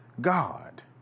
God